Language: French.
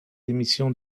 émissions